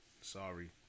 Sorry